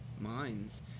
minds